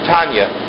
Tanya